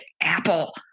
apple